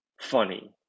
funny